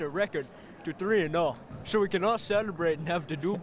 to record two three and so we can all celebrate and have to do